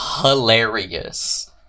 hilarious